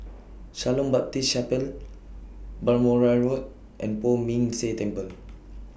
Shalom Baptist Chapel Balmoral Road and Poh Ming Tse Temple